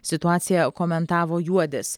situaciją komentavo juodis